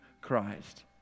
Christ